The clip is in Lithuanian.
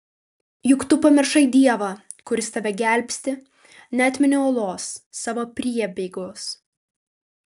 juk tu pamiršai dievą kuris tave gelbsti neatmeni uolos savo priebėgos